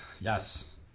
Yes